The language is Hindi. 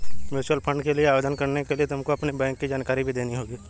म्यूचूअल फंड के लिए आवेदन करने के लिए तुमको अपनी बैंक की जानकारी भी देनी होगी